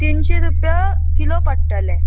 तिनशी रुपया किलो पडटले